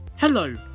Hello